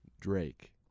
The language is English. Drake